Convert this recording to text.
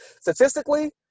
Statistically